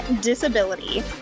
Disability